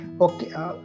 okay